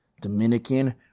Dominican